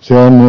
se on